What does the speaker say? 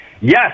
yes